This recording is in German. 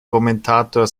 kommentator